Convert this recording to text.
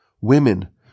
Women